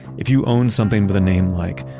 if you owned something with a name like,